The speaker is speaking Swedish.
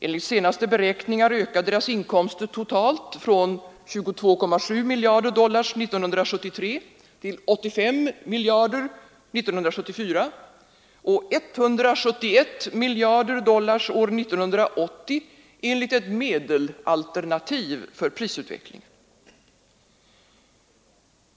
Enligt senaste beräkningar ökar deras oljeinkomster totalt från 22,7 miljarder dollar 1973 till 85 miljarder 1974 och 171 miljarder dollar 1980 enligt ett medelalternativ för prisutvecklingen.